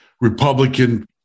Republican